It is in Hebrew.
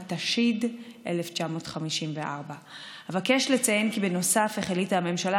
התשי"ד 1954. אבקש לציין כי בנוסף החליטה הממשלה